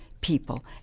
people